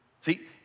See